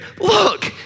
Look